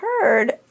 heard